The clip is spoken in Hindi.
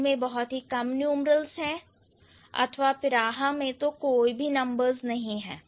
जिसमें बहुत ही कम न्यूमरल्स है अथवा Piraha में तो कोई भी numbers नहीं है